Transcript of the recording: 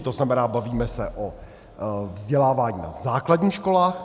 To znamená, bavíme se o vzdělávání na základních školách.